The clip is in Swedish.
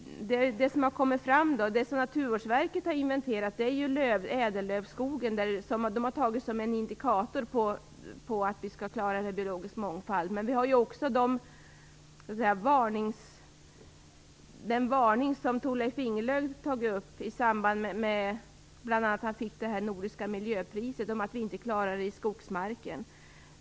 Det som Naturvårdsverket har inventerat är ädellövskogen, som har använts som indikator på hur vi skall klara biologisk mångfald. Men Thorleif Ingelöf har varnat för att vi inte kommer att klara den biologiska mångfalden i skogsmarken, bl.a. i samband med att han mottog det nordiska miljöpriset.